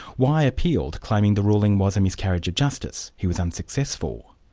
y appealed, claiming the ruling was a miscarriage of justice. he was unsuccessful.